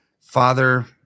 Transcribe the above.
father